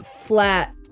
flat